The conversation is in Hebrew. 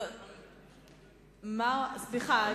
סליחה,